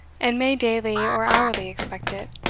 and may daily or hourly expect it.